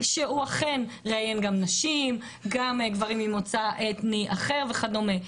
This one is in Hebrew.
שהוא אכן ראיין גם נשים גם גברים ממוצא אתני אחר וכדומה.